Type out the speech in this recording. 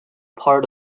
part